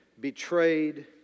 betrayed